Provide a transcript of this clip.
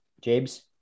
James